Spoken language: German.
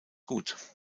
gut